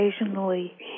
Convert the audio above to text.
occasionally